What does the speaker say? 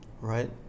right